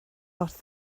wrth